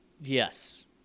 Yes